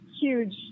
huge